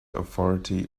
authority